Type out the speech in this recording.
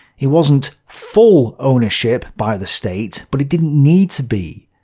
it wasn't full ownership by the state, but it didn't need to be.